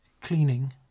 cleaning